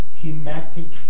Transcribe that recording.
thematic